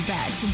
Bet